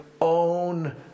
own